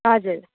हजुर